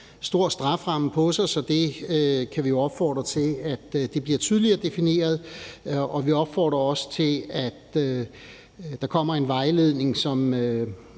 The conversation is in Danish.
stor strafferamme på sig, så det kan vi jo opfordre til bliver tydeligere defineret. Og vi opfordrer også til, at der kommer en vejledning, som